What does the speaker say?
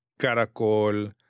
Caracol